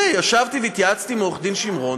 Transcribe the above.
שישבתי והתייעצתי עם עורך-הדין שימרון,